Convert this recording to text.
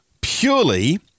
purely